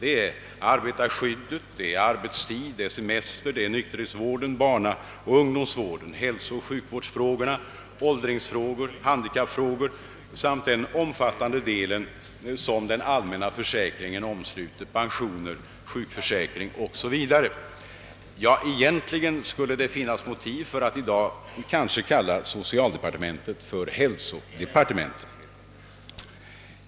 Det gäller arbetarskydd, arbetstid och semester, nykterhetsvården, barnavården, ungdomsvården och åldringsvården, hälsooch sjukvården, handikappfrågor samt den omfattande del som den allmänna försäkringen omsluter såsom pensioner, sjukförsäkring, etc. Egentligen finns det i dag motiv för att kalla socialdepartementet för hälsodepartementet.